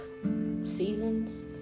seasons